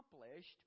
accomplished